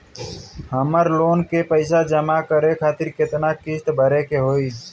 हमर लोन के पइसा जमा करे खातिर केतना किस्त भरे के होई?